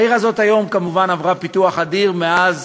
העיר הזאת היום עברה כמובן פיתוח אדיר מאז